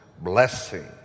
blessing